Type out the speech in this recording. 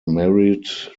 married